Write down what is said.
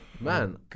man